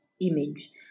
image